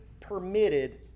permitted